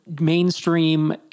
mainstream